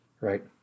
Right